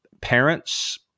parents